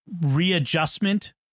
readjustment